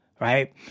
right